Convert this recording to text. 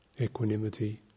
Equanimity